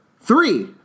three